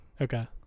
Okay